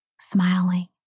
smiling